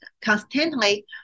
constantly